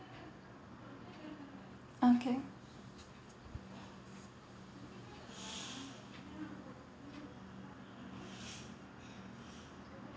okay